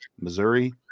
Missouri